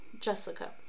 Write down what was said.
Jessica